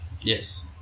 Yes